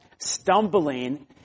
stumbling